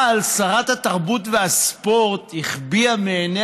אבל שרת התרבות והספורט החביאה מעיני